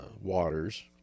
Waters